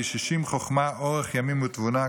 "בישישים חכמה וארך ימים תבנה",